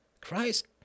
Christ